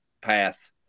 path